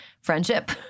friendship